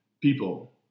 people